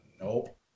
Nope